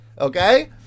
okay